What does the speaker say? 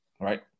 right